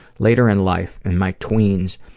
later in life, in my tweens,